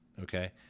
okay